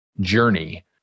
journey